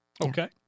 Okay